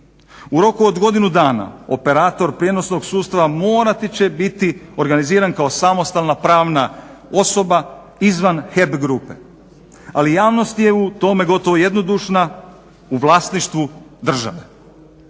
U roku do godinu dana operator prijenosnog sustava morati će biti organiziran kao samostalna prava osoba izvan HEP grupe, ali javnost je u tome gotovo jednodušna u vlasništvu države.